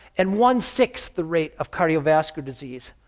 and one sixth the rate of cardiovascular disease.